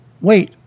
Wait